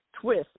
twist